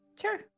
sure